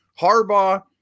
Harbaugh